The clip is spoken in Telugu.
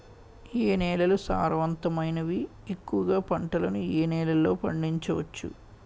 ఏ నేలలు సారవంతమైనవి? ఎక్కువ గా పంటలను ఏ నేలల్లో పండించ వచ్చు?